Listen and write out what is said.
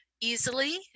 easily